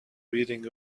reading